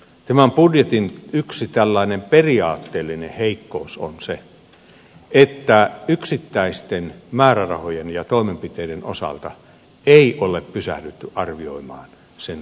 tämän budjetin yksi tällainen periaatteellinen heikkous on se että yksittäisten määrärahojen ja toimenpiteiden osalta ei ole pysähdytty arvioimaan sen todellista vaikuttavuutta